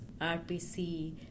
RPC